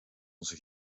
onze